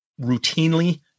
routinely